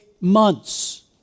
months